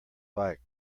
bike